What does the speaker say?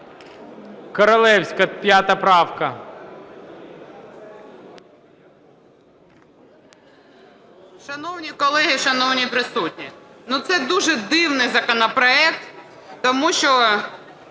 Шановні колеги, шановні присутні, ну, це дуже дивний законопроект, тому що